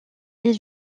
ils